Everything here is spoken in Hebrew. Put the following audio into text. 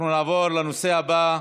אנחנו נעבור לנושא הבא,